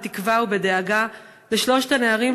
בתקווה ובדאגה לשלושת הנערים,